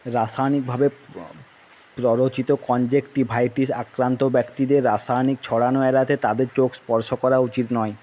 রাসায়নিকভাবে প্ররোচিত কনজাঙ্কটিভাইটিস আক্রান্ত ব্যক্তিদের রাসায়নিক ছড়ানো এড়াতে তাদের চোখ স্পর্শ করা উচিত নয়